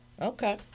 Okay